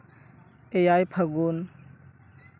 ᱮᱭᱟᱭ ᱯᱷᱟᱹᱜᱩᱱ